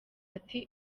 ati